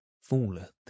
falleth